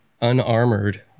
unarmored